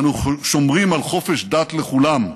אנו שומרים על חופש דת לכולם.